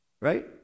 Right